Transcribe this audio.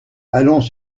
allons